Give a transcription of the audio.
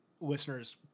listeners